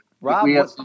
Rob